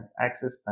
Access